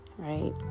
Right